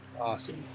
Awesome